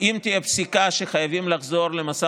שאם תהיה פסיקה שחייבים לחזור למשא